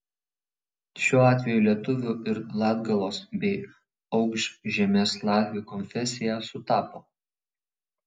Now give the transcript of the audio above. šiuo atveju lietuvių ir latgalos bei aukšžemės latvių konfesija sutapo